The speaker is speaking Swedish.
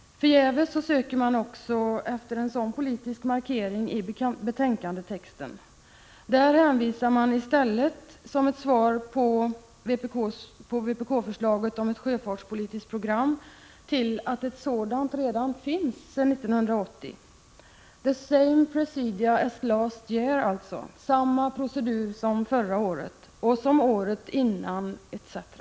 Förgäves söker man också efter en sådan politisk markering i texten i betänkandet. Där hänvisas det i stället, som ett svar på vpk-förslaget om ett sjöfartspolitiskt program, till att ett sådant redan finns sedan 1980. ”The same procedure as last year”, alltså — samma procedur som förra året. Och som året dessförinnan, etc.